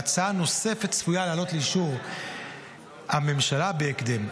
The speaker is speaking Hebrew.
והצעה נוספת צפויה לעלות לאישור הממשלה בהקדם.